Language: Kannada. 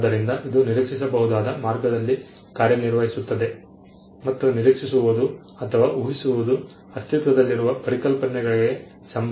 ಆದ್ದರಿಂದ ಇದು ನಿರೀಕ್ಷಿಸಬಹುದಾದ ಮಾರ್ಗದಲ್ಲಿ ಕಾರ್ಯನಿರ್ವಹಿಸುತ್ತದೆ ಮತ್ತು ನಿರೀಕ್ಷಿಸುವುದು ಅಥವಾ ಊಹಿಸುವುದು ಅಸ್ತಿತ್ವದಲ್ಲಿರುವ ಪರಿಕಲ್ಪನೆಗಳಿಗೆ ಸಂಬಂಧಿಸಿದೆ